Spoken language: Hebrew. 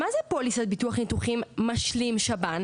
מה זה פוליסת ביטוח ניתוחים משלים שב"ן?